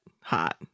hot